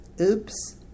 Oops